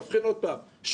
נבחין עוד פעם,